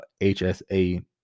HSA